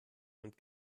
und